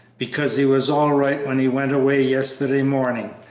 because he was all right when he went away yesterday morning,